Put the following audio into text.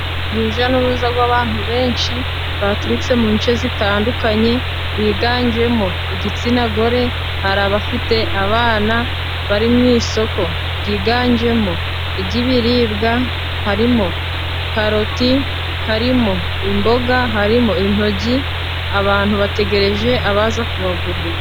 Urujya n'uruza rw'abantu benshi baturutse mu duce zitandukanye biganjemo igitsinagore. Hari abafite abana bari mu isoko ryiganjemo ry'ibiribwa harimo karoti, harimo imboga, harimo intogi. Abantu bategereje abaza kubagurira.